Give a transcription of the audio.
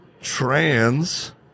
trans